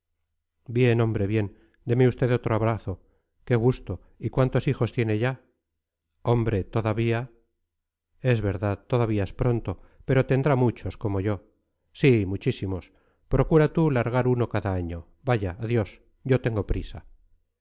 bien hombre bien déme usted otro abrazo qué gusto y cuántos hijos tiene ya hombre todavía es verdad todavía es pronto pero tendrá muchos como yo sí muchísimos procura tú largar uno cada año vaya adiós yo tengo prisa